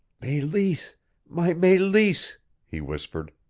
meleese my meleese he whispered.